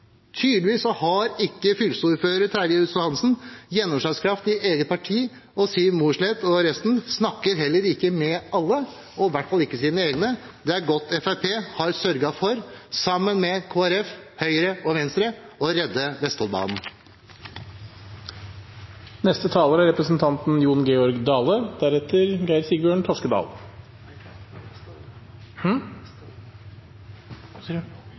Tydeligvis har ikke fylkesordfører Terje Riis Johansen gjennomslagskraft i eget parti, og Siv Mossleth og resten snakker heller ikke med alle – og i hvert fall ikke sine egne. Det er godt Fremskrittspartiet – sammen med Kristelig Folkeparti, Høyre og Venstre – har sørget for å redde Vestfoldbanen.